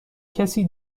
کسی